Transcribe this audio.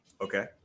Okay